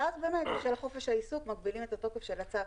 ואז בשל חופש העיסוק מגבילים את תוקף הצו.